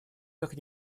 как